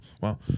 Wow